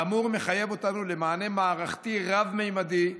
האמור מחייב אותנו למענה מערכתי רב-ממדי,